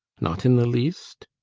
not in the least?